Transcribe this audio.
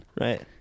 Right